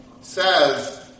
says